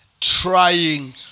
trying